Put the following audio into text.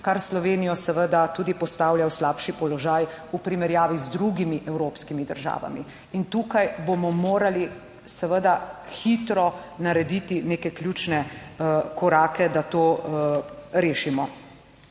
kar Slovenijo seveda tudi postavlja v slabši položaj v primerjavi z drugimi evropskimi državami. In tukaj bomo morali seveda hitro narediti neke ključne korake, da to rešimo.